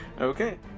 okay